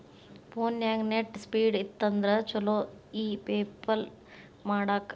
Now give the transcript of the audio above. ಫೋನ್ಯಾಗ net speed ಇತ್ತಂದ್ರ ಚುಲೊ ಇ ಪೆಪಲ್ ಮಾಡಾಕ